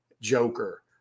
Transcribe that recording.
joker